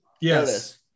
Yes